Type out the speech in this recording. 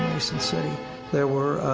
city there were